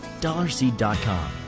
dollarseed.com